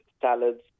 salads